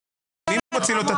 מי מוציא לו את